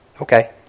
Okay